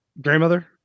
grandmother